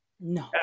no